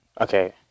Okay